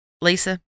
Lisa